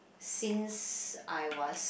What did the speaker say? since I was